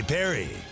Perry